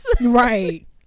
Right